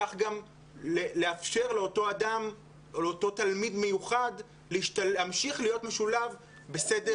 בכך לאפשר לאותו תלמיד מיוחד להמשיך להיות בסדר